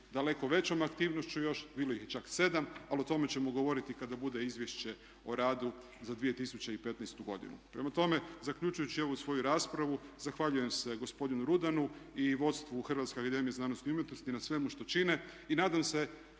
daleko većom aktivnošću još, bilo ih je čak 7, ali o tome ćemo govoriti kada bude izvješće o radu za 2015. godinu. Prema tome, zaključujući ovu svoju raspravu zahvaljujem se gospodinu Rudanu i vodstvu Hrvatske akademije znanosti i umjetnosti na svemu što čine i nadam se